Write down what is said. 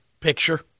picture